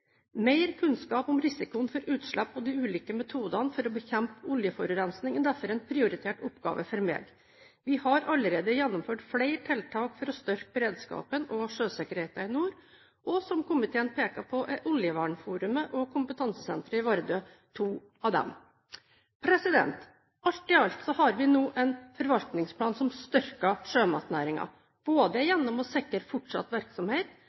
Mer kunnskap om risikoen for utslipp og de ulike metodene for å bekjempe oljeforurensning er derfor en prioritert oppgave for meg. Vi har allerede gjennomført flere tiltak for å styrke beredskapen og sjøsikkerheten i nord, og som komiteen peker på, er oljevernforumet og kompetansesenteret i Vardø to av dem. Alt i alt har vi nå en forvaltningsplan som styrker sjømatnæringen, både gjennom å sikre fortsatt virksomhet